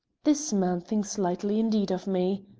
this man thinks lightly indeed of me,